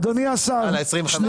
אדוני השר, שנייה.